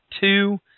two